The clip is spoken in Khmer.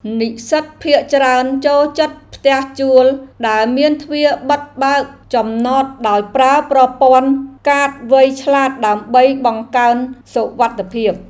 និស្សិតភាគច្រើនចូលចិត្តផ្ទះជួលដែលមានទ្វារបិទបើកចំណតដោយប្រើប្រព័ន្ធកាតវៃឆ្លាតដើម្បីបង្កើនសុវត្ថិភាព។